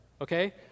okay